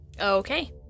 Okay